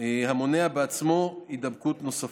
המונע בעצמו הידבקויות נוספות.